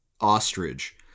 ostrich